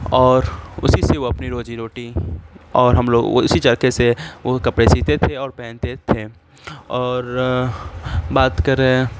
اور اسی سے وہ اپنی روزی روٹی اور ہم لوگ وہ اسی چرخے سے وہ کپڑے سیتے تھے اور پہنتے تھے اور بات کریں